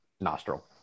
nostril